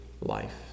life